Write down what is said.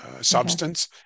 substance